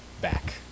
back